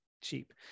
cheap